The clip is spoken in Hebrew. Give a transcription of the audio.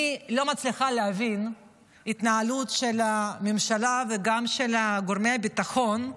אני לא מצליחה להבין את ההתנהלות של הממשלה וגם של גורמי הביטחון,